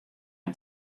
him